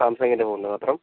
സാംസങ്ങിൻ്റെ ഫോണിന് മാത്രം